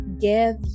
give